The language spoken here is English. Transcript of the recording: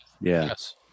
Yes